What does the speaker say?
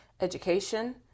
education